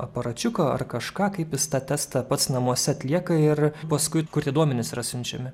aparačiuką ar kažką kaip jis tą testą pats namuose atlieka ir paskui kur tie duomenys yra siunčiami